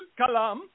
Kalam